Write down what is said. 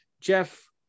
Jeff